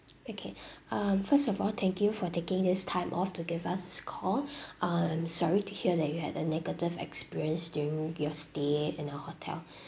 okay um first of all thank you for taking this time off to give us this call um sorry to hear that you had a negative experience during your stay in our hotel